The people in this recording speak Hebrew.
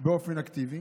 באופן אקטיבי